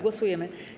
Głosujemy.